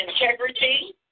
integrity